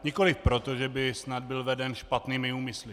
Nikoliv proto, že by snad byl veden špatnými úmysly.